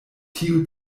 tiu